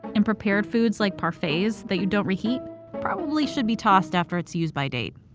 and prepared foods like parfaits that you don't re-heat probably should be tossed after its use-by date.